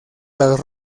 las